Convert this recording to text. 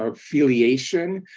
ah filiation,